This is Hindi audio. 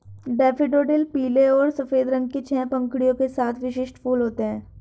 डैफ़ोडिल पीले और सफ़ेद रंग के छह पंखुड़ियों के साथ विशिष्ट फूल होते हैं